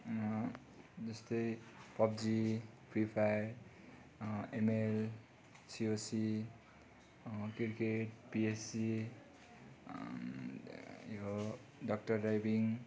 जस्तै PUBG free fire ML COC cricket PSC यो doctor driving